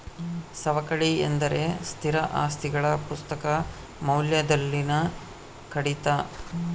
ಸವಕಳಿ ಎಂದರೆ ಸ್ಥಿರ ಆಸ್ತಿಗಳ ಪುಸ್ತಕ ಮೌಲ್ಯದಲ್ಲಿನ ಕಡಿತ